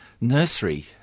nursery